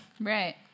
Right